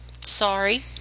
Sorry